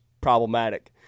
problematic